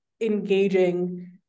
engaging